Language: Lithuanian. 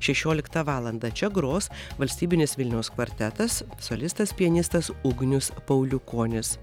šešioliktą valandą čia gros valstybinis vilniaus kvartetas solistas pianistas ugnius pauliukonis